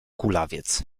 kulawiec